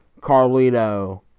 Carlito